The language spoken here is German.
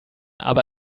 aber